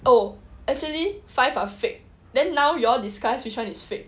oh actually five are fake then now you all discuss which one is fake